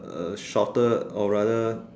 a shorter or rather